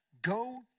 Go